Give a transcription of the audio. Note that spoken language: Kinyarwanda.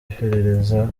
iperereza